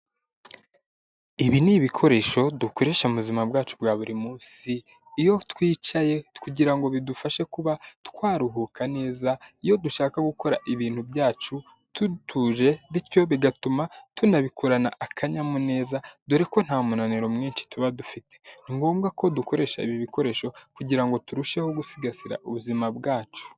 Ibi ni ibikoresho dukoresha mu buzima bwacu bwa buri munsi iyo twicaye kugira bidufashe kuba twaruhuka neza, iyo dushaka gukora ibintu byacu dutuje bityo bigatuma tunabikorana akanyamuneza dore ko nta munaniro mwinshi tuba dufite. Ni ngombwa ko dukoresha ibi bikoresho kugira ngo turusheho gusigasira ubuzima bwacu.